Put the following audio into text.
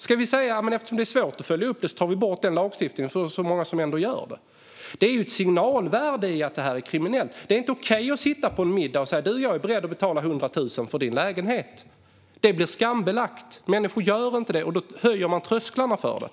Ska vi ta bort den lagstiftningen bara för att den är svår att följa upp? Det är ett signalvärde i att det är kriminellt. Det är inte längre okej att sitta på en middag och säga att man är beredd att betala 100 000 för någons lägenhet. Det blir skambelagt, människor gör det inte längre och trösklarna höjs.